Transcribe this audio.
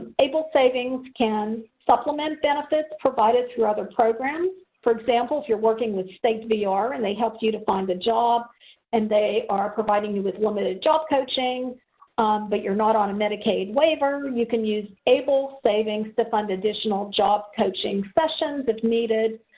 able savings can supplement benefits provided through other programs. for example, if you are working with state vr and help you to find a job and they are providing you with limited job coaching but you are not on the medicaid waiver, you can use able savings to fund additional job coaching sessions, if needed,